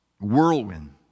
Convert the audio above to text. whirlwind